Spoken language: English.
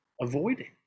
avoiding